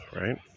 right